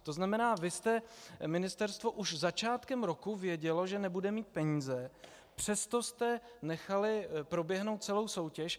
To znamená, vy jste ministerstvo už začátkem roku vědělo, že nebude mít peníze, přesto jste nechali proběhnout celou soutěž.